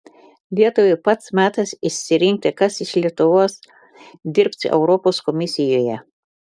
lietuvai pats metas išsirinkti kas iš lietuvos dirbs europos komisijoje